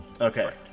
Okay